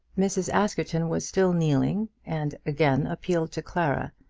mrs. askerton was still kneeling, and again appealed to clara.